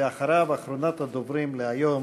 אחריו, אחרונת הדוברים היום